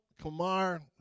Kamar